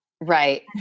Right